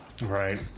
Right